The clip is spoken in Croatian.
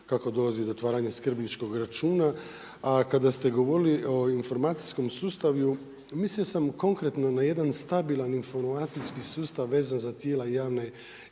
kako dolazi do otvaranja skrbničkog računa. A kada ste govorili o informacijskom sustavu mislio sam konkretno na jedan stabilan informacijski sustav vezan za tijela javne